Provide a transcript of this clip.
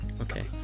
okay